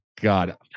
God